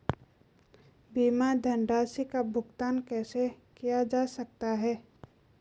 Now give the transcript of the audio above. बीमा धनराशि का भुगतान कैसे कैसे किया जा सकता है?